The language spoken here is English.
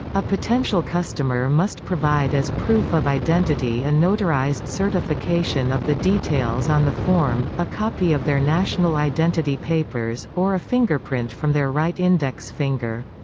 a potential customer must provide as proof of identity a notarized certification of the details on the form, a copy of their national identity papers, or a fingerprint from their right index finger.